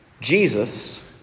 Jesus